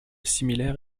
similaire